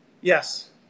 yes